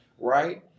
right